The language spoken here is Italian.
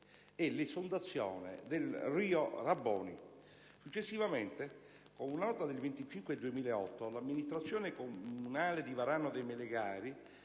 e l'esondazione del rio Raboni. Successivamente, con una nota del 25 giugno 2008, l'Amministrazione comunale di Varano de' Melegari